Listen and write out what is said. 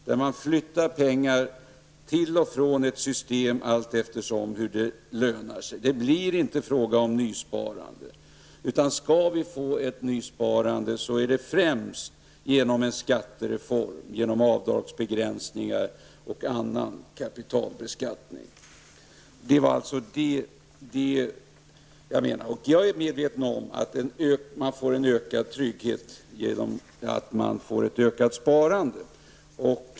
Pengar flyttas till och från olika system allt eftersom det lönar sig. Det blir inte fråga om nysparande. Skall det bli ett nysparande, görs det främst med hjälp av en skattereform, avdragsbegränsningar och annan kapitalbeskattning. Jag är medveten om att man får en ökad trygghet i ett ökat sparande.